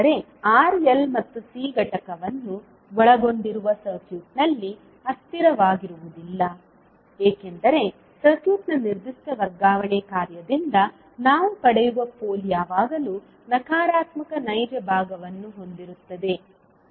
ಅಂದರೆ R L ಮತ್ತು C ಘಟಕವನ್ನು ಒಳಗೊಂಡಿರುವ ನೆಟ್ವರ್ಕ್ನಲ್ಲಿ ಅಸ್ಥಿರವಾಗಿರುವುದಿಲ್ಲ ಏಕೆಂದರೆ ಸರ್ಕ್ಯೂಟ್ನ ನಿರ್ದಿಷ್ಟ ವರ್ಗಾವಣೆ ಕಾರ್ಯದಿಂದ ನಾವು ಪಡೆಯುವ ಪೋಲ್ ಯಾವಾಗಲೂ ನಕಾರಾತ್ಮಕ ನೈಜ ಭಾಗವನ್ನು ಹೊಂದಿರುತ್ತದೆ